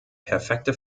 perfekte